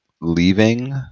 leaving